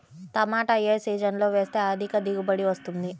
టమాటా ఏ సీజన్లో వేస్తే అధిక దిగుబడి వస్తుంది?